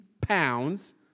pounds